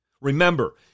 Remember